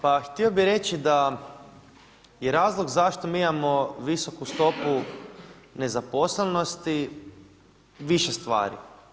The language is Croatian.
Pa htio bih reći da je razlog zašto mi imamo visoku stopu nezaposlenosti više stvari.